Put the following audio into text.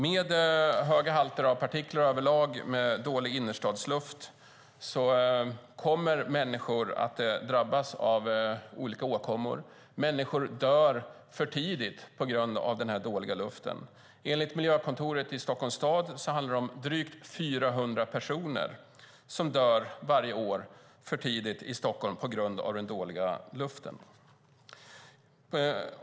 Med höga halter av partiklar över lag och dålig innerstadsluft kommer människor att drabbas av olika åkommor. Människor dör för tidigt på grund av den dåliga luften. Enligt miljökontoret i Stockholms stad handlar det om drygt 400 personer som dör för tidigt varje år i Stockholm på grund av den dåliga luften.